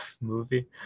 movie